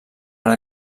per